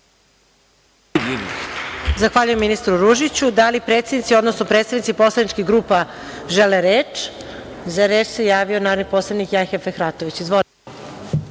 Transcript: Zahvaljujem ministru Ružiću. Da li predsednici, odnosno predstavnici poslaničkih grupa žele reč? (Da.)Za reč se javio narodni poslanik Jahja Fehratović. Izvolite.